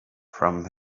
from